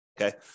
Okay